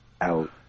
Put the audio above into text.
out